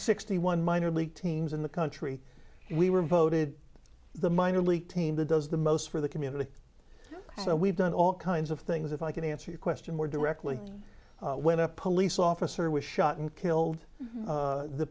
sixty one minor league teams in the country we were voted the minor league team that does the most for the community so we've done all kinds of things if i can answer your question more directly when a police officer was shot and killed